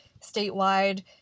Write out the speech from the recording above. statewide